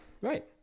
right